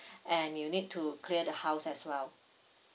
and you need to clear the house as well